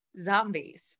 zombies